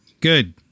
Good